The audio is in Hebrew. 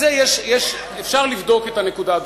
אפשר לבדוק את הנקודה,